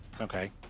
okay